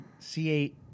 C8